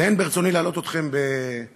ואין ברצוני להלאות אתכם בנתונים,